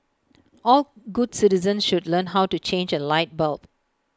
all good citizens should learn how to change A light bulb